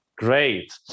Great